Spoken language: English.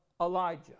Elijah